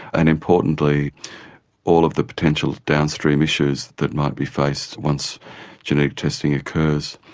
and importantly all of the potential downstream issues that might be faced once genetic testing occurs.